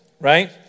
right